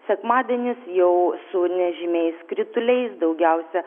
sekmadienis jau su nežymiais krituliais daugiausia